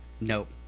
Nope